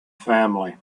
family